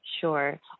sure